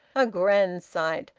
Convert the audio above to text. a grand sight!